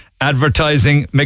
advertising